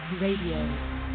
Radio